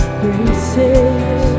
graces